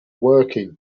woking